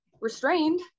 restrained